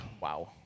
Wow